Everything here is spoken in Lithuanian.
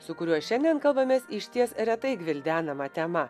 su kuriuo šiandien kalbamės išties retai gvildenama tema